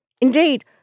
Indeed